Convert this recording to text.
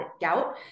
gout